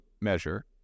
measure